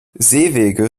seewege